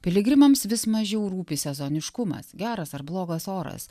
piligrimams vis mažiau rūpi sezoniškumas geras ar blogas oras